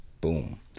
Boom